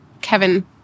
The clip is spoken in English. Kevin